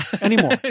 anymore